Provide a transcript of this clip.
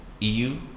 EU